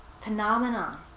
phenomena